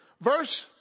Verse